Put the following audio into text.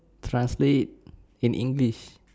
translate it in english